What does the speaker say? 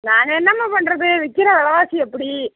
நாங்கள் என்னம்மா பண்ணுறது விற்கிற விலவாசி அப்படி